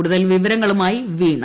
കൂടുതൽ വിവരങ്ങളുമായി വീണ